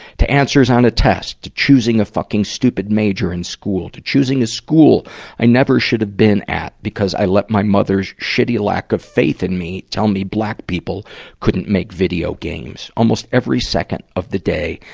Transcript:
to answers on a test, to choosing a fucking stupid major in school, to choosing a school i never should have been at because i let my mother's shitty lack of faith in me tell me black people couldn't make video games. every second of the day,